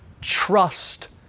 trust